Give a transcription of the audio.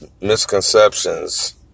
misconceptions